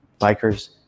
Bikers